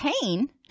pain